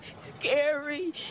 Scary